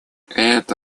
это